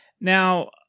Now